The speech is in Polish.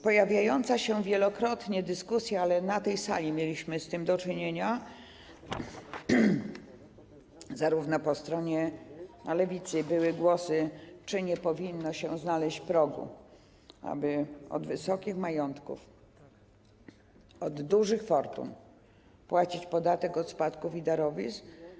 Pojawiała się wielokrotnie dyskusja, na tej sali mieliśmy z tym do czynienia, po stronie Lewicy były takie głosy, czy nie powinno się znaleźć progu, aby od wysokich majątków, od dużych fortun płacić podatek od spadków i darowizn.